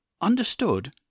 understood